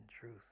truth